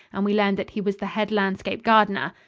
and we learned that he was the head landscape gardener.